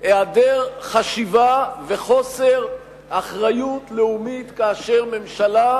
היעדר חשיבה וחוסר אחריות לאומית כאשר ממשלה,